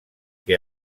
que